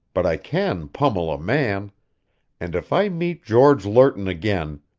but i can pummel a man and if i meet george lerton again,